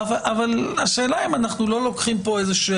אבל השאלה אם אלה לא רק מקרי קצה.